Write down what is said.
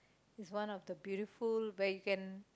is one of the beautiful where you can